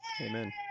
Amen